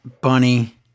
bunny